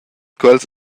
quels